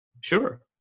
Sure